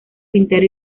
pintar